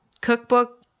cookbook